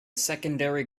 secondary